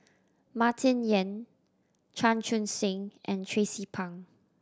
Martin Yan Chan Chun Sing and Tracie Pang